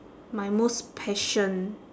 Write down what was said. my most passion